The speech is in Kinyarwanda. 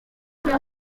marc